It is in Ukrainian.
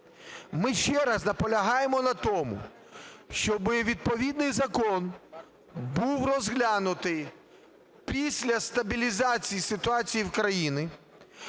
Ми ще раз наполягаємо на тому, щоби відповідний закон був розглянутий після стабілізації ситуації в країні,